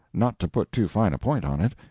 not to put too fine a point on it?